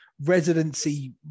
residency